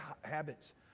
habits